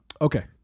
okay